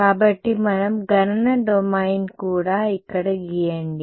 కాబట్టి మనం గణన డొమైన్ కూడా ఇక్కడ గీయండి